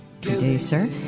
producer